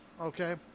okay